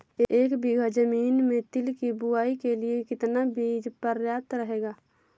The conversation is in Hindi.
एक बीघा ज़मीन में तिल की बुआई के लिए कितना बीज प्रयाप्त रहेगा?